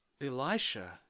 Elisha